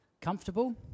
comfortable